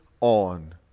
on